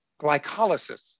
glycolysis